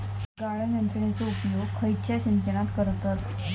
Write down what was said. गाळण यंत्रनेचो उपयोग खयच्या सिंचनात करतत?